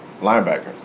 linebacker